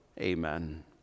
amen